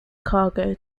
cargo